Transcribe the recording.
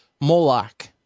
Moloch